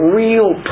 real